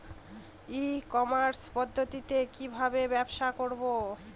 ই commerce পদ্ধতিতে কি ভাবে ব্যবসা করব?